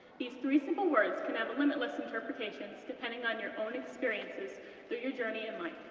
these three simple words can and limitless interpretations depending on your own experiences through your journey in life.